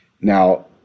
Now